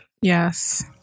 Yes